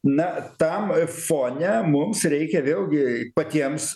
na tam fone mums reikia vėlgi patiems